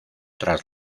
tras